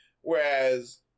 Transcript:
whereas